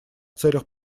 целях